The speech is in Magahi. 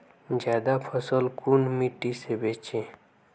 ज्यादा फसल कुन मिट्टी से बेचे?